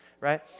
right